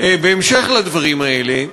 בהמשך לדברים האלה,